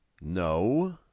No